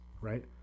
right